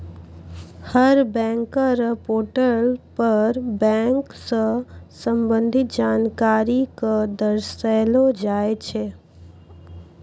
हर bank र portal पर bank स संबंधित जानकारी क दर्शैलो जाय छै